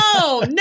No